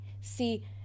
See